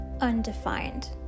undefined